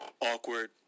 Awkward